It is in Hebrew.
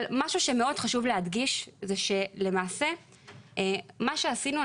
אבל משהו שמאוד חשוב להדגיש זה שלמעשה מה שעשינו,